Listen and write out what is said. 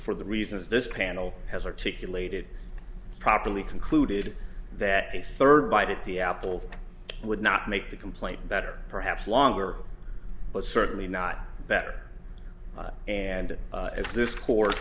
for the reasons this panel has articulated properly concluded that a third bite at the apple would not make the complaint better perhaps longer but certainly not better and if this